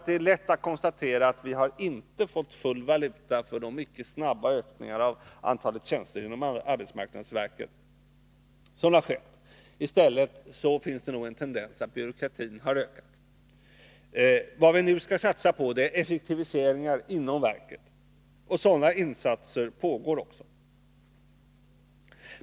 Det är lätt att konstatera att vi inte har fått full valuta för den mycket snabba ökning som har skett av antalet tjänster inom arbetsmarknadsverket. I stället finns det nog en tendens till att byråkratin har ökat. Vad vi nu skall satsa på är en effektivisering inom verket. Sådana insatser pågår även.